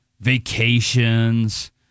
Vacations